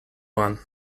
one